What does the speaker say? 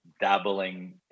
dabbling